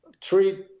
treat